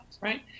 right